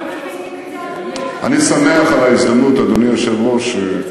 האמריקנים לא מבינים את זה, אדוני ראש הממשלה?